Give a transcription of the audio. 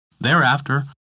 Thereafter